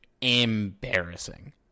embarrassing